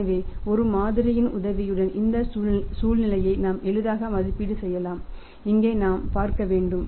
எனவே ஒரு மாதிரியின் உதவியுடன் இந்த சூழ்நிலையை நாம் எளிதாக மதிப்பீடு செய்யலாம் இங்கே நாம் பார்க்க வேண்டும்